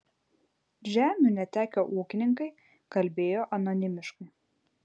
žemių netekę ūkininkai kalbėjo anonimiškai